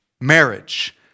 marriage